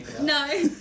no